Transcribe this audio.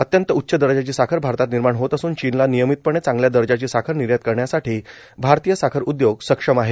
अत्यंत उच्च दर्जाची साखर भारतात निर्माण होत असून चीनला नियमितपणे चांगल्या दर्जाची साखर निर्यात करण्यासाठी भारतीय साखर उद्योग सक्षम आहेत